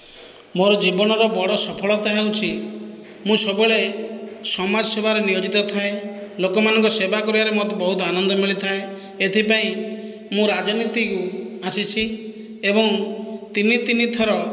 ମୋର ଜୀବନର ବଡ଼ ସଫଳତା ହେଉଛି ମୁଁ ସବୁବେଳେ ସମାଜ ସେବାରେ ନିୟୋଜିତ ଥାଏ ଲୋକମାନଙ୍କ ସେବା କରିବାରେ ମୋତେ ବହୁତ ଆନନ୍ଦ ମିଳିଥାଏ ଏଥିପାଇଁ ମୁଁ ରାଜନୀତି କୁ ଆସିଛି ଏବଂ ତିନି ତିନି ଥର